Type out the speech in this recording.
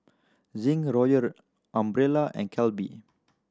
Zinc Royal Umbrella and Calbee